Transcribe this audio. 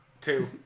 Two